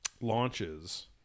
launches –